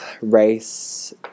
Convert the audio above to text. race